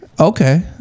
Okay